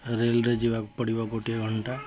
ରେଲରେ ଯିବାକୁ ପଡ଼ିବ ଗୋଟିଏ ଘଣ୍ଟା